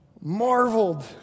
marveled